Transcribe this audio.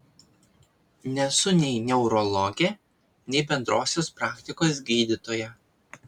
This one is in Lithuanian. nesu nei neurologė nei bendrosios praktikos gydytoja